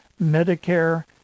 Medicare